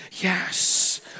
yes